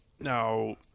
Now